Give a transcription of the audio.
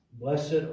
Blessed